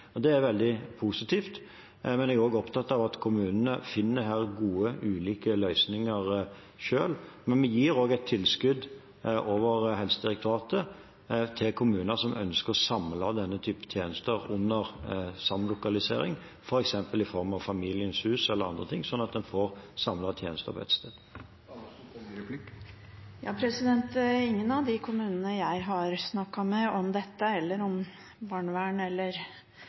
Det er veldig positivt. Jeg er også opptatt av at kommunene her finner ulike gode løsninger selv, men vi gir også et tilskudd over Helsedirektoratet til kommuner som ønsker å samle denne type tjenester under samlokalisering, f.eks. i form av Familiens hus eller andre ting, sånn at en får samlet tjenestene på ett sted. Ingen av de kommunene jeg har snakket med om dette eller om barnevern eller